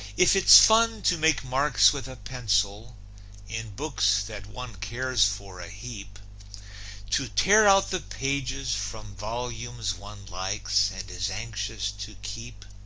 if it's fun to make marks with a pencil in books that one cares for a heap to tear out the pages from volumes one likes and is anxious to keep,